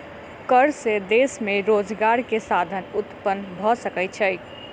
कर से देश में रोजगार के साधन उत्पन्न भ सकै छै